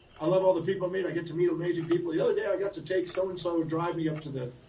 i love all the people i get to meet amazing people, the other day i got to take so and so drive me up to the,